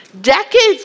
Decades